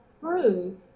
prove